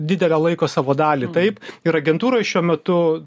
didelę laiko savo dalį taip ir agentūroj šiuo metu